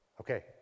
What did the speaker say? okay